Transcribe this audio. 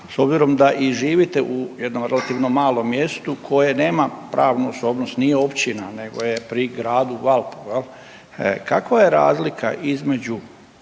s obzirom da i živite u jednom relativnom malom mjestu koje nema pravu osobnost, nije općina nego je pri gradu Valpovu. Kava je razlika između